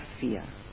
fear